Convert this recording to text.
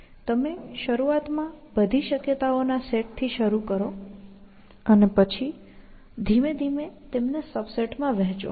તમે શરૂઆતમાં બધી શક્યતાઓ ના સેટ થી શરૂ કરો અને પછી ધીમે ધીમે તેમને સબસેટ માં વહેંચો